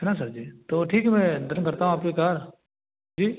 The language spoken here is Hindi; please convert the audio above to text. है ना सर जी तो ठीक है मैं डन करता हूँ आपकी कार जी